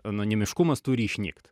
anonimiškumas turi išnykt